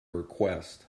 request